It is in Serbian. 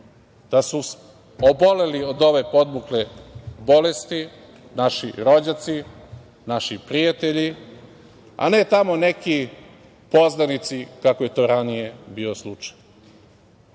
da su oboleli od ove podmukle bolesti naši rođaci, naši prijatelji, a ne tamo neki poznanici, kako je to ranije bio slučaj.